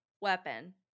weapon